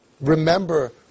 remember